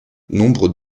nombre